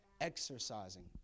exercising